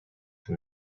from